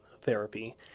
therapy